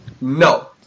no